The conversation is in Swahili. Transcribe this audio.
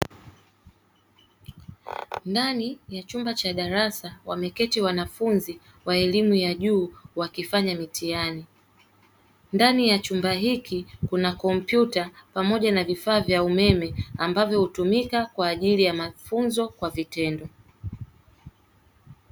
Ndani ya chumba cha darasa wameketi wanafunzi wa elimu ya juu wakifanya mtihani ndani ya chumba hiki kuna kompyuta ambayo hutumika kwa ajili ya mafunzo ya vitendo.